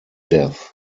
death